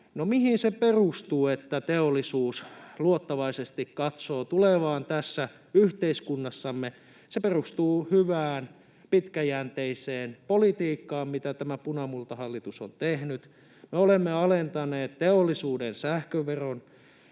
mihin se perustuu, että teollisuus luottavaisesti katsoo tulevaan tässä yhteiskunnassamme? Se perustuu hyvään, pitkäjänteiseen politiikkaan, mitä tämä punamultahallitus on tehnyt. Me olemme alentaneet teollisuuden sähköveron